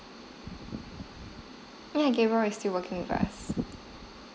yeah gabriel is still working with us